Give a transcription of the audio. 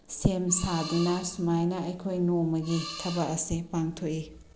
ꯁꯦꯝ ꯁꯥꯗꯨꯅ ꯁꯨꯃꯥꯏꯅ ꯑꯩꯈꯣꯏ ꯅꯣꯡꯃꯒꯤ ꯊꯕꯛ ꯑꯁꯦ ꯄꯥꯡꯊꯣꯛꯏ